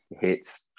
Hits